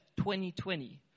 2020